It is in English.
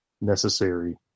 necessary